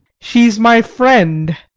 she is my friend.